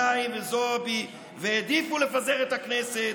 גנאים וזועבי והעדיפו לפזר את הכנסת,